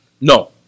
No